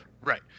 right